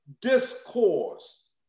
discourse